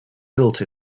built